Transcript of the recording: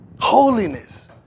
Holiness